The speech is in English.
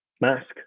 mask